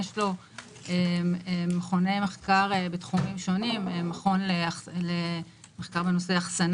אם אני זוכר נכון, כ-13,000 קשישים בכל הארץ.